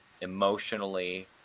emotionally